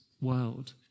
world